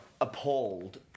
appalled